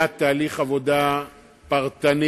היה תהליך עבודה פרטני,